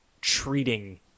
treating